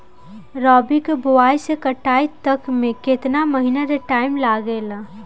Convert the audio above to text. रबी के बोआइ से कटाई तक मे केतना महिना के टाइम लागेला?